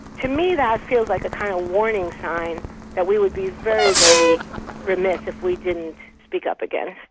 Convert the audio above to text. to me that feels like a kind of warning sign that we would be very, very remiss if we didn't speak up again.